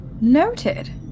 Noted